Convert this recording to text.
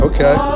Okay